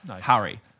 Harry